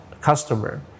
customer